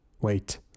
Wait